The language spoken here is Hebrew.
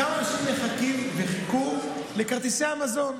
כמה אנשים מחכים וחיכו לכרטיסי המזון.